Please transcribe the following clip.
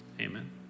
Amen